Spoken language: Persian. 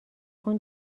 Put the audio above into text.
خون